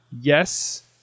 yes